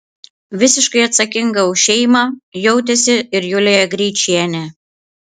visiškai atsakinga už šeimą jautėsi ir julija greičienė